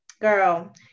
girl